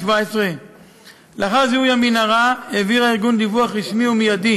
2017. לאחר זיהוי המנהרה העביר הארגון דיווח רשמי ומיידי